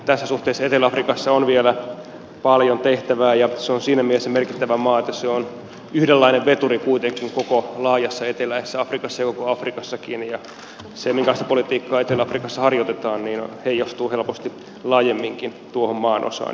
tässä suhteessa etelä afrikassa on vielä paljon tehtävää ja se on siinä mielessä merkittävä maa että se on yhdenlainen veturi kuitenkin koko laajassa eteläisessä afrikassa ja koko afrikassakin ja se minkälaista politiikkaa etelä afrikassa harjoitetaan heijastuu helposti laajemminkin tuohon maanosaan